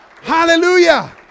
Hallelujah